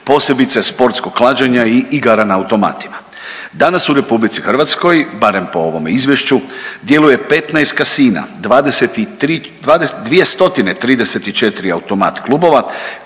posebice sportskog klađenja i igara na automatima. Danas u RH, barem po ovome izvješću, djeluje 15 casina, 234 automat klubova